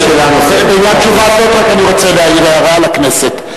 בעניין תשובה זו אני רוצה להעיר הערה לכנסת.